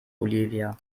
olivia